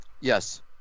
Yes